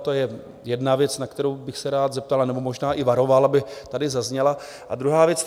To je jedna věc, na kterou bych se rád zeptal, nebo možná i varoval, aby tady zazněla, a druhá věc.